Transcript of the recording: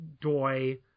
Doi